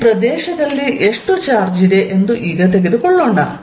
ಈ ಪ್ರದೇಶದಲ್ಲಿ ಎಷ್ಟು ಚಾರ್ಜ್ ಇದೆ ಎಂದು ಈಗ ತೆಗೆದುಕೊಳ್ಳೋಣ